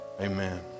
amen